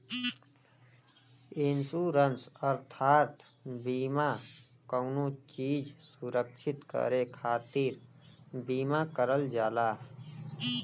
insurance अर्थात बीमा कउनो चीज सुरक्षित करे खातिर बीमा करल जाला